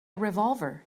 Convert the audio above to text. revolver